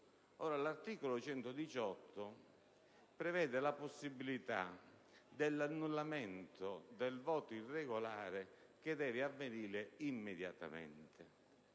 L'articolo 118 prevede la possibilità dell'annullamento del voto irregolare che deve avvenire immediatamente,